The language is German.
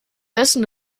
essen